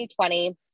2020